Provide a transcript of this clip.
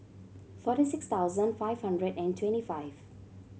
forty six thousand five hundred and twenty five